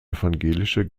evangelische